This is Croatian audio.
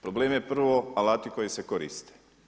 Problem je prvo alati koji se koriste.